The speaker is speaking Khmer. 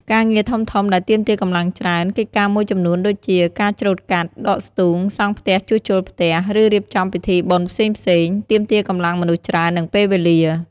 ការងារធំៗដែលទាមទារកម្លាំងច្រើន កិច្ចការមួយចំនួនដូចជា ការច្រូតកាត់ ដកស្ទូង សង់ផ្ទះជួសជុលផ្ទះ ឬរៀបចំពិធីបុណ្យផ្សេងៗ ទាមទារកម្លាំងមនុស្សច្រើន និងពេលវេលា។